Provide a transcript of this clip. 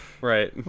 Right